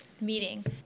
meeting